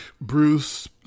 Bruce